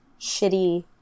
shitty